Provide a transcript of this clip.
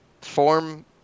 form